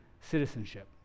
citizenship